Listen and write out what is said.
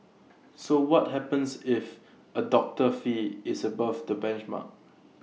so what happens if A doctor's fee is above the benchmark